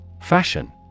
Fashion